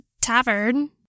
tavern